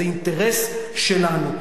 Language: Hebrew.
זה אינטרס שלנו.